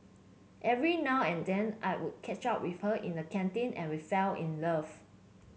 every now and then I would catch up with her in the canteen and we fell in love